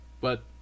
but